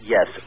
Yes